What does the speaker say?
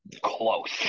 close